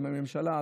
עם הממשלה,